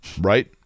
right